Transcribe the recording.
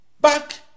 Back